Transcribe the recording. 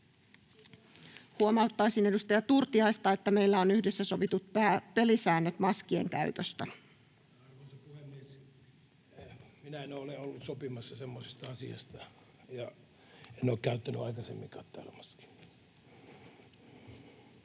Huomauttaisin edustaja Turtiaista, että meillä on yhdessä sovitut pelisäännöt maskien käytöstä. Arvoisa puhemies! Minä en ole ollut sopimassa semmoisesta asiasta ja en ole käyttänyt täällä aikaisemminkaan maskia.